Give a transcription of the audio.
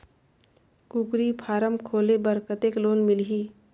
कूकरी फारम खोले बर कतेक लोन मिलही?